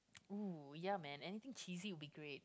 !ooh! ya man anything cheesy would be great